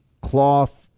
cloth